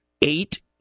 eight